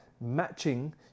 matching